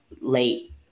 late